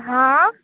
हँ